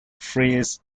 phrase